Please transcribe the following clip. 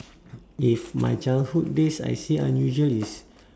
if my childhood days I say unusual is